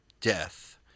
death